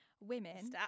women